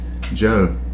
Joe